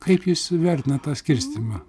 kaip jūs vertinat tą skirstymą